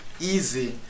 easy